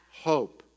hope